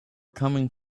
coming